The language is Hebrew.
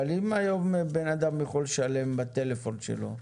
אבל אם היום בן אדם יכול לשלם בטלפון שלו,